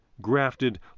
grafted